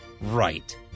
Right